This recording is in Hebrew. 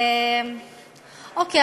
אוקיי,